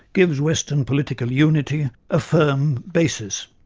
gives western political unity a firm basis.